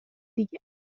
دیگه